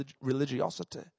religiosity